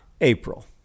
April